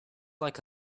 like